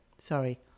sorry